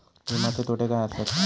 विमाचे तोटे काय आसत?